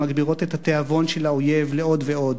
מגבירות את התיאבון של האויב לעוד ועוד.